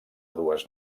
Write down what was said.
dues